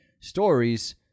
stories